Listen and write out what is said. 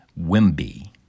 Wimby